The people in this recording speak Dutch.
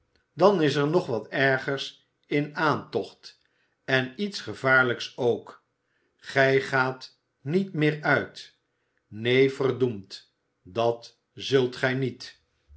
dan is er nog wat ergers in aantocht en iets gevaarlijks ook gij gaat niet meer uit neen verdoemd dat zult gij niet